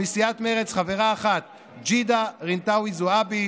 מסיעת מרצ חברה אחת: ג'ידא רינאוי זועבי,